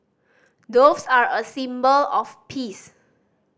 doves are a symbol of peace